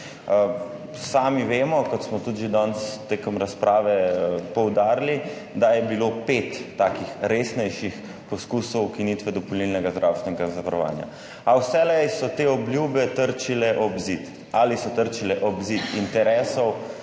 Sami vemo, kot smo tudi že danes tekom razprave poudarili, da je bilo pet resnejših poskusov ukinitve dopolnilnega zdravstvenega zavarovanja. A vselej so te obljube trčile ob zid. Ali so trčile ob zid interesov,